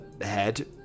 head